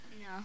No